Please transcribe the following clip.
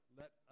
let